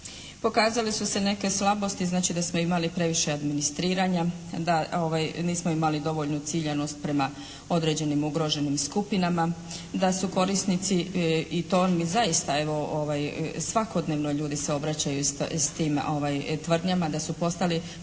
pokazale su se neke slabosti znači da smo imali previše administriranja, da nismo imali dovoljnu ciljanost prema određenim ugroženim skupinama, da su korisnici i to je zaista, svakodnevno ljudi se obraćaju s tim tvrdnjama, da su postali